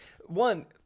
One